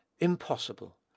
impossible